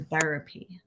therapy